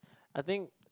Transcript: I think